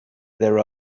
there